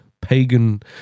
pagan